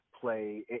play